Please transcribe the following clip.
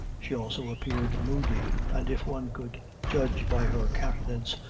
she also appeared moody and if one could judge by her countenance,